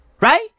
right